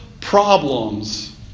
problems